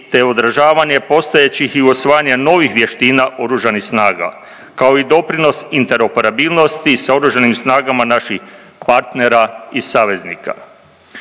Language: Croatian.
te održavanje postojećih i usvajanje novih vještina Oružanih snaga kao i doprinos interoperabilnosti sa Oružanim snagama naših partnera i saveznika.